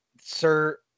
Sir